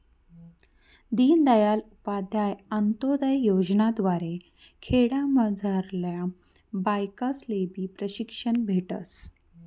दीनदयाल उपाध्याय अंतोदय योजना द्वारे खेडामझारल्या बायास्लेबी प्रशिक्षण भेटस